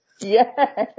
Yes